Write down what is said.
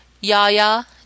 Yaya